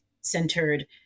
centered